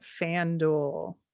FanDuel